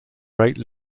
rate